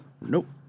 nope